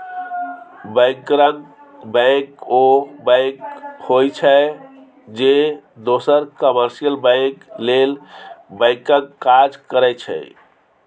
बैंकरक बैंक ओ बैंक होइ छै जे दोसर कामर्शियल बैंक लेल बैंकक काज करै छै